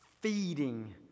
feeding